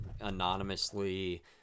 anonymously